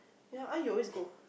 ya I always go